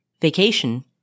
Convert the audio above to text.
vacation